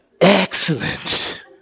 Excellent